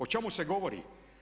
O čemu se govori?